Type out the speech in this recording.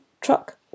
truck